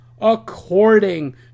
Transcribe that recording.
according